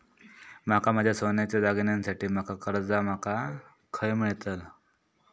माका माझ्या सोन्याच्या दागिन्यांसाठी माका कर्जा माका खय मेळतल?